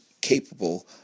capable